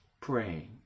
praying